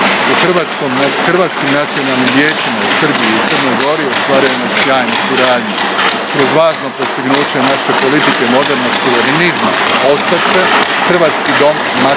S Hrvatskim nacionalnom vijećima u Srbiji i u Crnoj Gori ostvarujemo sjajnu suradnju. Uz važno postignuće naše politike modernog suverenizma ostat će Hrvatski dom Matica